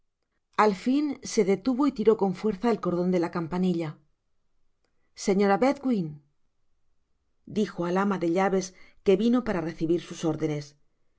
al fin se detuvo y tiró con fuerza el cordon dela campanilla content from google book search generated at señora bedwin dijo á la ama de llaves que vino para recibir sus órdenes ese